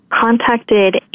contacted